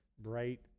bright